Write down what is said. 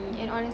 mmhmm